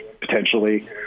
potentially